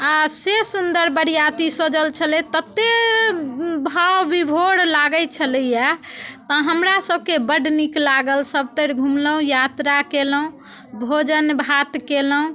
आ से सुंदर बरिआती सजल छलैया ततेक भाव विभोर लागैत छलैया हमरा सबके बड नीक लागल सब तरि घूमलहुँ यात्रा कयलहुँ भोजन भात कयलहुँ